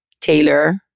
Taylor